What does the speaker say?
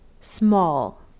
small